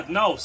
no